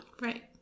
Right